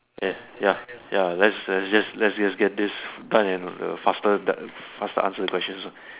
ya ya ya let's the just let's just get this done and the faster g~ faster answer the questions ah